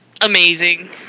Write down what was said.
amazing